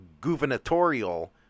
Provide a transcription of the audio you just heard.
gubernatorial